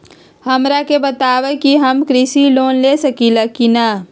हमरा के बताव कि हम कृषि लोन ले सकेली की न?